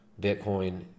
Bitcoin